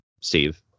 steve